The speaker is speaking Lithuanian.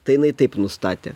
tai jinai taip nustatė